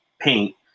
paint